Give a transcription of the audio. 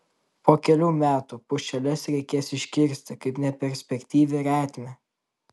po kelių metų pušeles reikės iškirsti kaip neperspektyvią retmę